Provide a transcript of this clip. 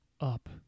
up